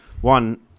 one